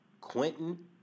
Quentin